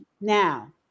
now